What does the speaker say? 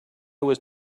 was